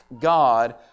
god